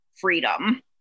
freedom